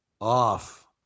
off